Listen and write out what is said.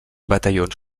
batallons